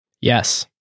Yes